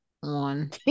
one